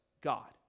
God